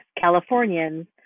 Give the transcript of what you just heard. Californians